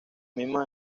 mismos